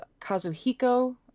Kazuhiko